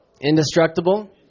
indestructible